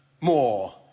more